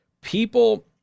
people